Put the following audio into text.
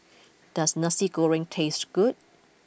does Nasi Goreng taste good